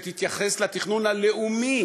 שתתייחס לתכנון הלאומי